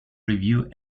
review